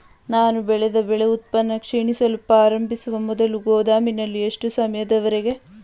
ನಾನು ಬೆಳೆದ ಬೆಳೆ ಉತ್ಪನ್ನ ಕ್ಷೀಣಿಸಲು ಪ್ರಾರಂಭಿಸುವ ಮೊದಲು ಗೋದಾಮಿನಲ್ಲಿ ಎಷ್ಟು ಸಮಯದವರೆಗೆ ಸಂಗ್ರಹಿಸಬಹುದು?